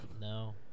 No